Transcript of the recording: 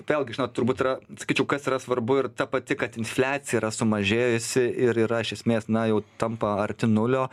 vėlgi žinot turbūt yra sakyčiau kas yra svarbu ir ta pati kad infliacija yra sumažėjusi ir yra iš esmės na jau tampa arti nulio